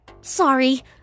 Sorry